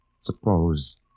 suppose